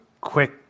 quick